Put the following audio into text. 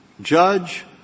Judge